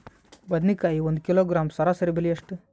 ಬದನೆಕಾಯಿ ಒಂದು ಕಿಲೋಗ್ರಾಂ ಸರಾಸರಿ ಬೆಲೆ ಎಷ್ಟು?